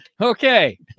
Okay